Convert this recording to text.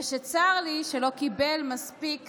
וצר לי שלא קיבל מספיק